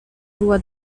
była